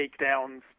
takedowns